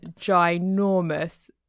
ginormous